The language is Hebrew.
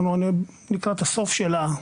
אנחנו לקראת הסוף שלה,